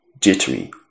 Jittery